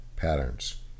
patterns